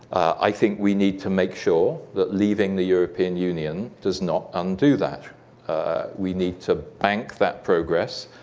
i think we need to make sure that leaving the european union does not undo that we need to bank that progress,